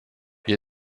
wir